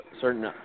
certain